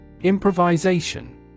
Improvisation